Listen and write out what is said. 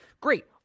Great